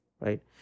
right